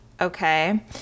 okay